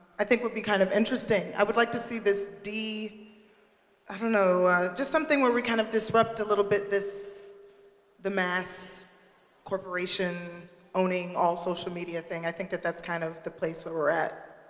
i think would be kind of interesting. i would like to see this d i don't know just something where we kind of disrupt, a little bit, the mass corporation owning all social media thing. i think that that's kind of the place where we're at.